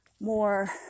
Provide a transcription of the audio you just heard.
more